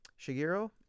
Shigeru